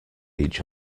each